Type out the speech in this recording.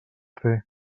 fer